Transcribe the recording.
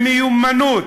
מיומנות